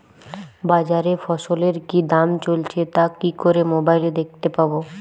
বাজারে ফসলের কি দাম চলছে তা কি করে মোবাইলে দেখতে পাবো?